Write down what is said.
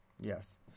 Yes